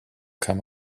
come